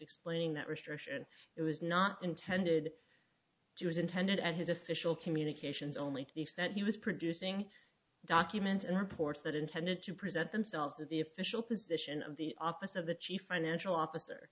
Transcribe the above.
explaining that restriction it was not intended as intended at his official communications only the extent he was producing documents and reports that intended to present themselves as the official position of the office of the chief financial officer